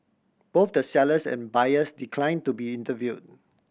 both the sellers and buyers decline to be interview